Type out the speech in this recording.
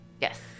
Yes